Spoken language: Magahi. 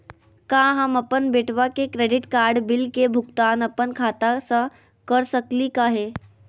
का हम अपन बेटवा के क्रेडिट कार्ड बिल के भुगतान अपन खाता स कर सकली का हे?